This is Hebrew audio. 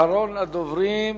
אחרון הדוברים,